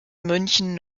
münchen